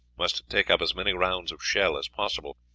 must take up as many rounds of shell as possible,